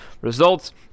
results